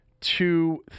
two